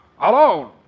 alone